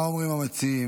מה אומרים המציעים?